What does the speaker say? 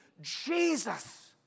Jesus